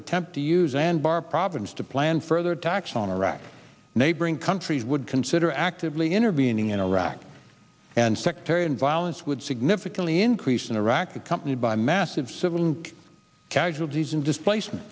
attempt to use and bar problems to plan further attacks on iraq neighboring countries would consider actively intervening in iraq and sectarian violence would significantly increase in iraq accompanied by massive civil casualties and displacement